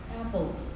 apples